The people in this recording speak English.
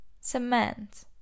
cement